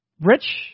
Rich